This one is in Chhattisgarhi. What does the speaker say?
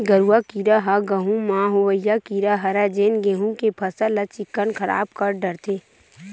गरुआ कीरा ह गहूँ म होवइया कीरा हरय जेन गेहू के फसल ल चिक्कन खराब कर डरथे